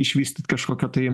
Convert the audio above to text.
išvystyt kažkokio tai